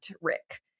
Rick